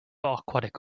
aquatic